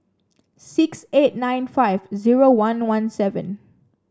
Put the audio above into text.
six eight nine five zero one one seven